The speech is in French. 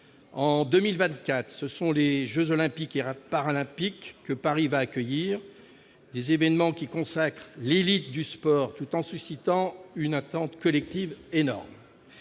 En 2024, ce sont les jeux Olympiques et Paralympiques que Paris va accueillir. Des événements qui consacrent l'élite du sport tout en suscitant une attente collective énorme.